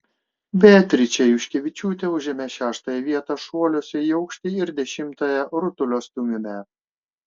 beatričė juškevičiūtė užėmė šeštąją vietą šuoliuose į aukštį ir dešimtąją rutulio stūmime